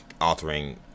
altering